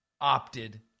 opted